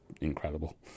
incredible